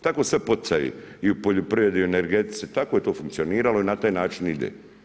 Tako svi poticaji i u poljoprivredi, energetici, tako je to funkcioniralo i na taj način ide.